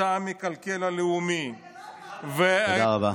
אתה המקלקל הלאומי, רגע, לא הבנו, תודה רבה.